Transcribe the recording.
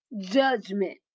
judgment